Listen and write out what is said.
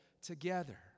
together